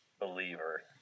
believer